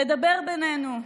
לדבר בינינו,